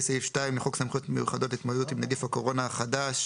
סעיף 2 לחוק סמכויות מיוחדות להתמודדות עם נגיף הקורונה החדש